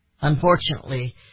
Unfortunately